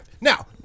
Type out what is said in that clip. Now